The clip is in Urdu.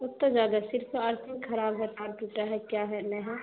اتا زیادہ صرف ارتھنگ خراب ہے تار ٹوٹا ہے کیا ہے نے ہاں